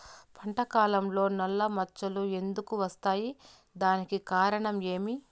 పంట కాలంలో నల్ల మచ్చలు ఎందుకు వస్తాయి? దానికి కారణం ఏమి?